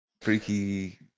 freaky